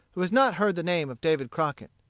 who has not heard the name of david crockett.